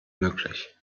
möglich